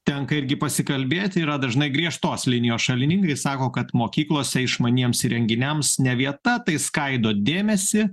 tenka irgi pasikalbėt yra dažnai griežtos linijos šalininkai sako kad mokyklose išmaniems įrenginiams ne vieta tai skaido dėmesį